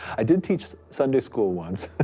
i did teach sunday school once.